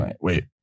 Wait